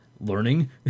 learning